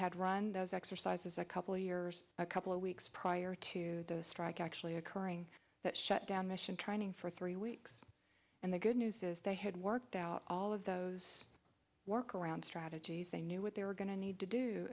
had run those exercises a couple of years a couple of weeks prior to the strike actually occurring that shut down mission training for three weeks and the good news is they had worked out all of those work around strategies they knew what they were going to need to do